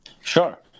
Sure